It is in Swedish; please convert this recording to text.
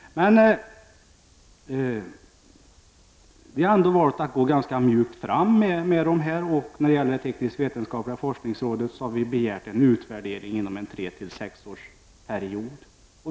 Men vi har ändå valt att gå fram ganska mjukt, och när det gäller det tekniskt-vetenskapliga forskningsrådet har vi begärt en utvärdering inom en period på 3-6 år.